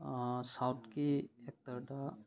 ꯁꯥꯎꯠꯀꯤ ꯑꯦꯛꯇꯔꯗ